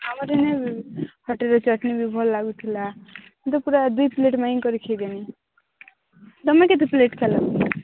ଆମର ଏଇନେ ବି ଖଟିରେ ଚଟଣୀ ବି ଭଲ ଲାଗୁଥିଲା ତ ପୁରା ଦୁଇ ପ୍ଲେଟ୍ ମାଗିକରି ଖାଇଲିଣି ତୁମେ କେତେ ପ୍ଲେଟ୍ ଖାଇଲ